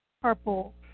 purple